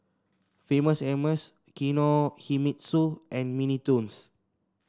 Famous Amos Kinohimitsu and Mini Toons